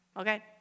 okay